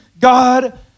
God